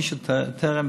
מי שטרם